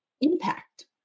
impact